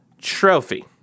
Trophy